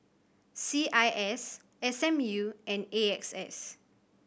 C I S S M U and A X S